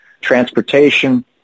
transportation